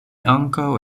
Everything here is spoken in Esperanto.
ankaŭ